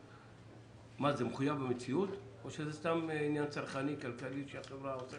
זה מחויב המציאות או שזה סתם עניין צרכני כלכלי שהחברה רוצה